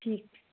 ਠੀਕ